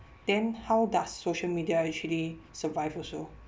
then how does social media actually survive also